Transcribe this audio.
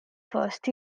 first